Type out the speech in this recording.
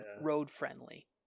road-friendly